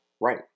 right